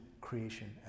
creation